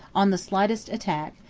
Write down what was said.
on the slightest attack,